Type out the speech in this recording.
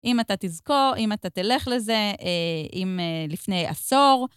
אם אתה תזכור, אם אתה תלך לזה, אם לפני עשור.